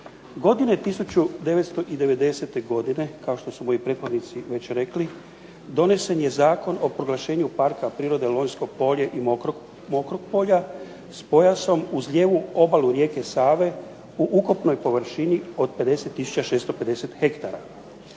Godine 1990. godine, kao što su moji prethodnici rekli donesen je zakon o proglašenju Parka prirode Lonjsko polje i MOkropolja s pojasom uz lijevu obalu rijeke Save u ukupnoj površini od 50 tisuća 650 hektara.